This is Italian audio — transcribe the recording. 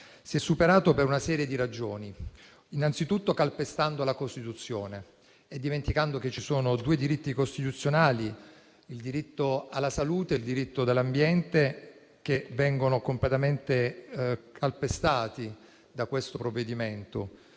superato per una serie di ragioni, innanzitutto calpestando la Costituzione e dimenticando che ci sono due diritti costituzionali, il diritto alla salute e il diritto dell'ambiente, che vengono completamente schiacciati dal provvedimento